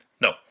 No